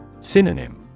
Synonym